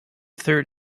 third